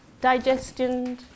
digestion